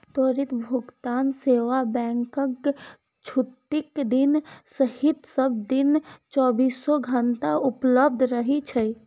त्वरित भुगतान सेवा बैंकक छुट्टीक दिन सहित सब दिन चौबीसो घंटा उपलब्ध रहै छै